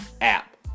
app